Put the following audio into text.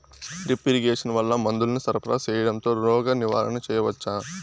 Drip irrigation వల్ల మందులను సరఫరా సేయడం తో రోగ నివారణ చేయవచ్చా?